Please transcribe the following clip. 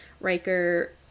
Riker